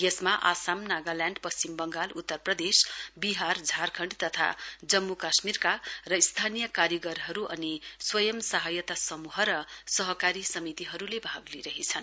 यसमा आसाम नागाल्याण्ड पश्चिम बंगाल उत्तर प्रदेश बिहार झारखण्ड जम्मुकश्मीरका र स्थानीय कारीगरहरू अनि स्वंय सहायता समूह र सहकारी समितिहरूले भाग लिइरहेछन्